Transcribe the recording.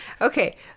Okay